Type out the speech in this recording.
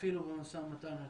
אפילו במשא ומתן הקואליציוני.